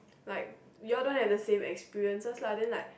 like you'll don't have the same experiences lah then like